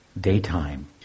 daytime